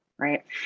Right